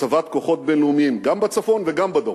הצבת כוחות בין-לאומיים, גם בצפון וגם בדרום,